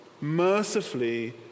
mercifully